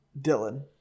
Dylan